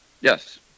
yes